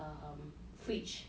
um fridge